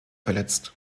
verletzt